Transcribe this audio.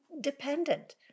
dependent